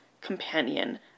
companion